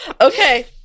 Okay